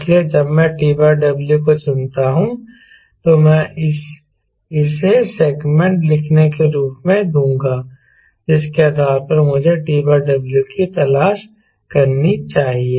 इसलिए जब मैं TW को चुनता हूं तो मैं इसे सेगमेंट लिखने के रूप में दूंगा जिसके आधार पर मुझे TW की तलाश करनी चाहिए